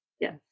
Yes